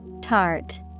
Tart